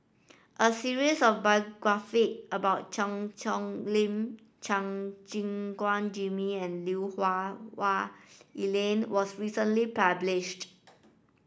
a series of biography about Cheang Hong Lim Chua Gim Guan Jimmy and Lui Hah Wah Elena was recently published